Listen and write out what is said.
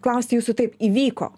klausti jūsų taip įvyko